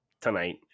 tonight